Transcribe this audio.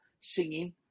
singing